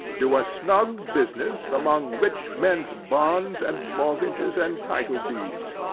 do a snug business among rich men's bonds and mortgages and title-deeds.